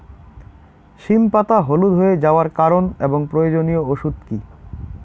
সিম পাতা হলুদ হয়ে যাওয়ার কারণ এবং প্রয়োজনীয় ওষুধ কি?